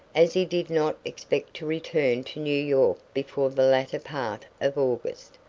as he did not expect to return to new york before the latter part of august,